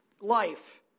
life